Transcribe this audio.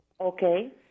Okay